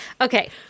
Okay